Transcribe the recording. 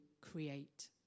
create